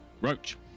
Roach